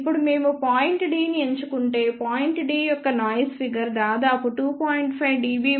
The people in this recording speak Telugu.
ఇప్పుడు మేము పాయింట్ D ని ఎంచుకుంటే పాయింట్ D యొక్క నాయిస్ ఫిగర్ దాదాపు 2